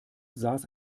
saß